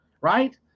right